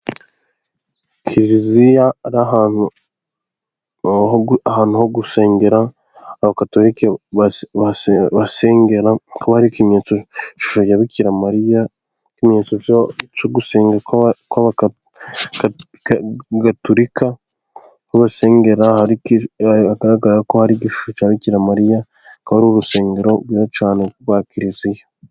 Kiriziya ari ahantu ho gusengera, abakatoriki basengera kuko hari ikimenyetso ishusho ya Bikira Mariya nk'ikimenyetso cyogusenga kw'abagaturika. Aho basengera biagaragara ko ari ishusho ya Bikira Mariya ko ari urusengero rwiza cyane rwa kiriziya.